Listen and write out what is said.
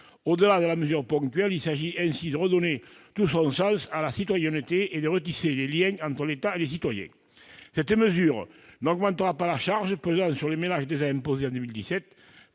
Au-delà de la mesure ponctuelle, il s'agit de redonner tout son sens à la citoyenneté et de retisser les liens entre l'État et les citoyens. Cette mesure n'augmentera pas la charge pesant sur les ménages déjà imposés en 2017.